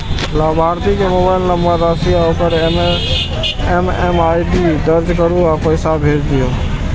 लाभार्थी के mobile number, राशि आ ओकर एम.एम.आई.डी दर्ज करू आ पैसा भेज दियौ